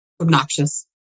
obnoxious